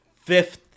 fifth